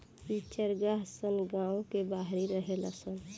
इ चारागाह सन गांव के बाहरी रहेला सन